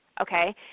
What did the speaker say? Okay